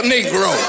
Negro